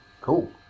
Cool